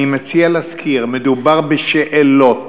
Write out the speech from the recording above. אני מציע להזכיר, מדובר בשאלות.